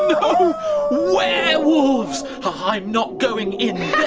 werewolves! i'm not going in